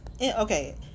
okay